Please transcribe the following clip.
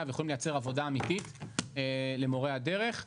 ויכולים לייצר עבודה אמיתית למורי הדרך.